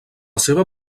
seva